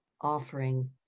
offering